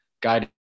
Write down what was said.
guided